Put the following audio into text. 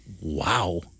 wow